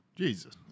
Jesus